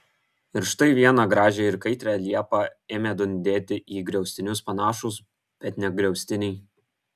ir štai vieną gražią ir kaitrią liepą ėmė dundėti į griaustinius panašūs bet ne griaustiniai